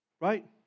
Right